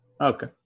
Okay